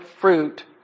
fruit